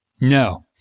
No